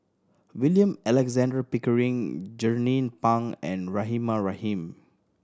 William Alexander Pickering Jernnine Pang and Rahimah Rahim